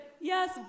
yes